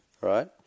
Right